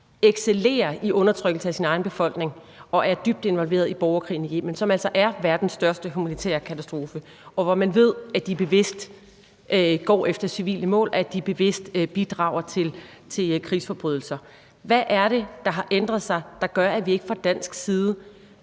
excellerer i undertrykkelse af sin egen befolkning og er dybt involveret i borgerkrigen i Yemen, som altså er verdens største humanitære katastrofe, og hvor man ved at de bevidst går efter civile mål og at de bevidst bidrager til krigsforbrydelser. Hvad er det, der har ændret sig, som gør, at vi ikke fra dansk side